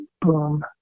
boom